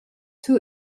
two